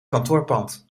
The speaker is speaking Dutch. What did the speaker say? kantoorpand